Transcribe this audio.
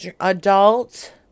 adult